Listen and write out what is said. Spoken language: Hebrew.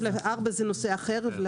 סעיף 4 זה נושא אחר.